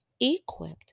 equipped